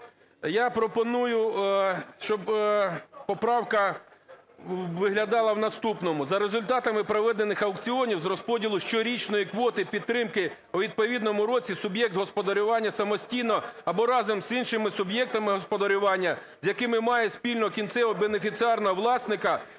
Я пропоную, щоб поправка виглядала в наступному. "За результатами проведених аукціонів з розподілу щорічної квоти підтримки у відповідному році суб'єкт господарювання самостійно або разом з іншими суб'єктами господарювання, з якими має спільного кінцевого бенефіціарного власника,